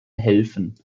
helfen